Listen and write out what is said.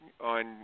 on